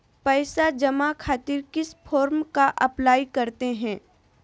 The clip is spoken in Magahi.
पैसा जमा खातिर किस फॉर्म का अप्लाई करते हैं?